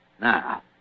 Now